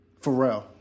Pharrell